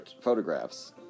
photographs